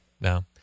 no